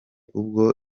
ubwo